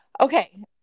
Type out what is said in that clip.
Okay